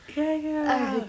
ya ya